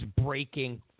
breaking